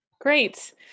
Great